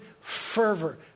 fervor